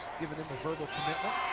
given them a verbal commitment.